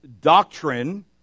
doctrine